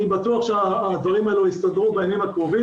אני בטוח שהדברים האלה יסתדרו בימים הקרובים.